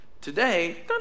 Today